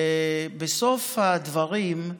בסוף הדברים,